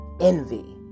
envy